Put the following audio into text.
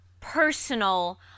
personal